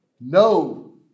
no